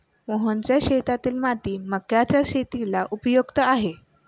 मोहनच्या शेतातील माती मक्याच्या शेतीला उपयुक्त आहे